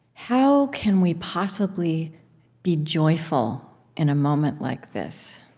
how can we possibly be joyful in a moment like this?